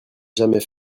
jamais